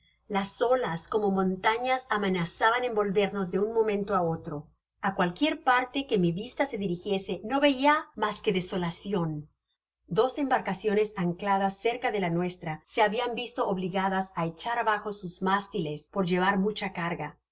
las olas como montañas amenazaban envolvernos de uo momento á otro á cualquier parte que mi vista se dirigiese no veia mas que desolacion dos embarcaciones ancladas cerca de la nuestra se habian visto obligadas á echar abajo sus mástiles por llevar mucha carga en